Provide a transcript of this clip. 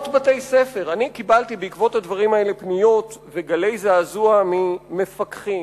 קיבלתי בעקבות הדברים האלה פניות וגלי זעזוע ממפקחים,